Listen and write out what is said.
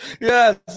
yes